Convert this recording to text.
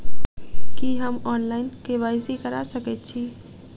की हम online, KYC करा सकैत छी?